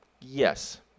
Yes